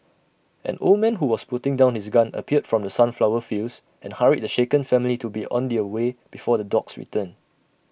an old man who was putting down his gun appeared from the sunflower fields and hurried the shaken family to be on their way before the dogs return